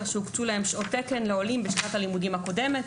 שהוקצו להם שעות תקן לעולים בשנת הלימודים הקודמת,